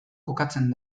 kokatzen